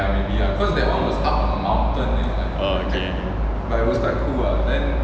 oh okay